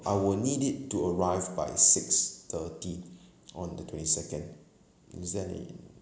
I will need it to arrive by six thirty on the twenty second is there any